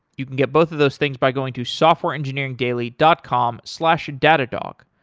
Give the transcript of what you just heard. you can get both of those things by going to softwareengineeringdaily dot com slash datadog.